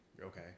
Okay